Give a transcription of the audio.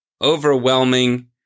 overwhelming